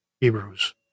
Hebrews